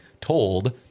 told